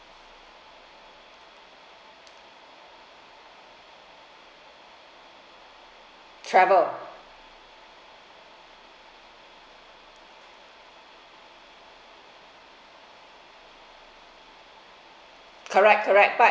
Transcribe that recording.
travel correct correct but